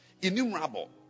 Innumerable